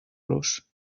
los